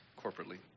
corporately